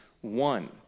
one